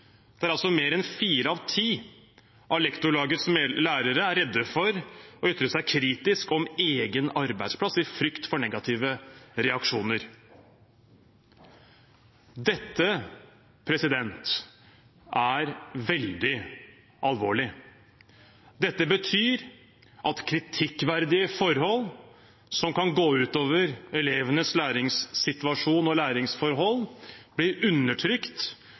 enn fire av ti av Lektorlagets lærere er redde for å ytre seg kritisk om egen arbeidsplass, i frykt for negative reaksjoner. Dette er veldig alvorlig. Dette betyr at kritikkverdige forhold som kan gå ut over elevenes læringssituasjon og læringsforhold, blir undertrykt